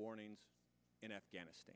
warnings in afghanistan